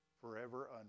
forever